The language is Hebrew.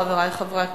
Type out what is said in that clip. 12 חברי כנסת